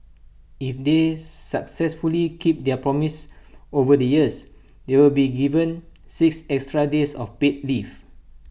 if they successfully keep their promise over the years they'll be given six extra days of paid leave